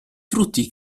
frutti